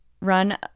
run